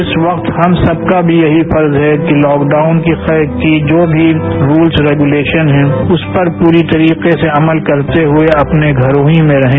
इस वक्त हम सबका भी यही फर्ज है कि लॉकडाउन के जो भी रूल्स रेगूलेशंस हैं उस पर पूरे तरीके से अमल करते हुए अपने घरों में ही रहें